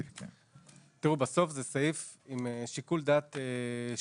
בסוף זה סעיף עם שיקול דעת שיפוטי.